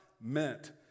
meant